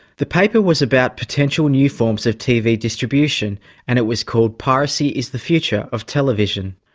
the paper was about potential new forms of tv distribution and it was called piracy is the future of television.